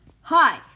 Hi